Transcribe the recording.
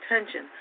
attention